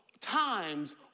times